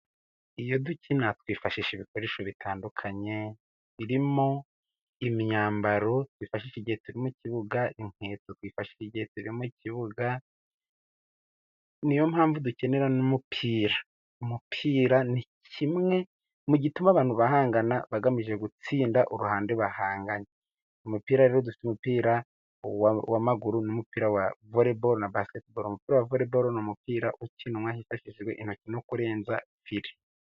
Iyo dukina twifashisha ibikoresho bitandukanye, birimo imyambaro twifashisha igihe turi mu kibuga, inkweto twifashisha igihe turi mu kibuga, niyo mpamvu dukenera n'umupira, umupira ni kimwe mu gituma abantu bahangana bagamije gutsinda uruhande bahanganye mu mupira, rero dufite umupira w'amaguru n'umupira wa voreboro na basiketiboro, muri voreboro umupira ukinwa hifashishijwe intoki no kurenza fire.